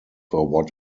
what